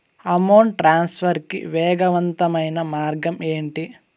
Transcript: amount transfer కి వేగవంతమైన మార్గం ఏంటి